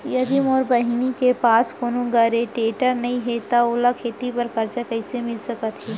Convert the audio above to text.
यदि मोर बहिनी के पास कोनो गरेंटेटर नई हे त ओला खेती बर कर्जा कईसे मिल सकत हे?